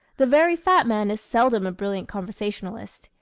the very fat man is seldom a brilliant conversationalist.